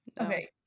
Okay